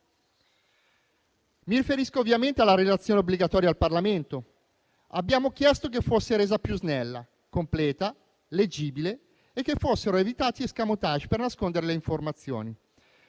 Mi riferisco ovviamente alla relazione obbligatoria al Parlamento. Abbiamo chiesto che fosse resa più snella, completa, leggibile e che fossero evitati *escamotage* per nascondere le informazioni.